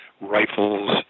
rifles